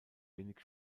wenig